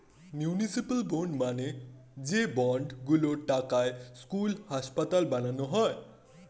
municipal bond মানে যে bond গুলোর টাকায় স্কুল, হাসপাতাল বানানো যায়